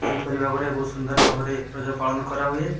ଏହିପରି ଭାବରେ ବହୁତ ସୁନ୍ଦର ଭାବରେ ରଜ ପାଳନ କରାହୁଏ